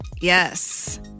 Yes